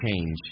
change